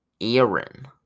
Aaron